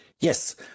Yes